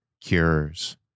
cures